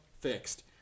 fixed